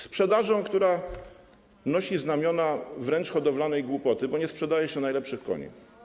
Sprzedażą, która nosi znamiona wręcz hodowlanej głupoty, bo nie sprzedaje się najlepszych koni.